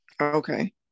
Okay